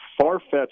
far-fetched